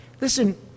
Listen